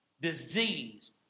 disease